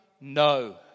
No